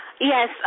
Yes